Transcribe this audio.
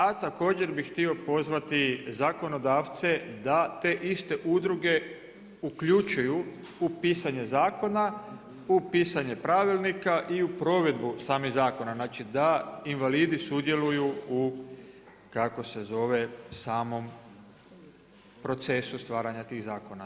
A također bi htio pozvati zakonodavce da te iste udruge uključuju u pisanje zakona, u pisanje pravilnika i u provedbu samih zakona, znači da invalidi sudjeluju u samom procesu stvaranju tih zakona.